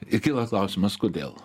ir kyla klausimas kodėl